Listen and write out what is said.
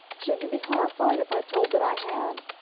should you be horrified if i told that i had?